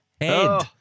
head